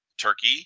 turkey